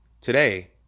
Today